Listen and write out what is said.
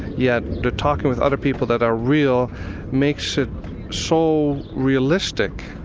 yet the talking with other people that are real makes it so realistic,